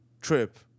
trip